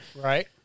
right